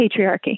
patriarchy